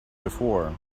before